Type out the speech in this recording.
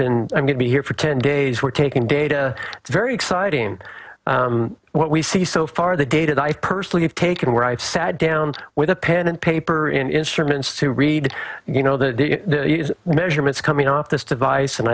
been i'm going to be here for ten days we're taking data it's very exciting what we see so far that dated i personally have taken where i've sat down with a pen and paper in instruments to read you know the measurements coming off this device and